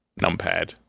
numpad